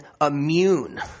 immune